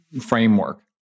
framework